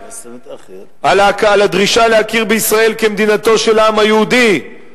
על הדרישה להכיר בישראל כמדינתו של העם היהודי,